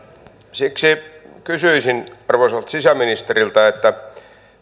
siksi kysyisin arvoisalta sisäministeriltä